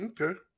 Okay